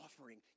offering